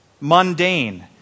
mundane